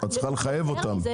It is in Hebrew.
לא, את צריכה לחייב את הרשתות.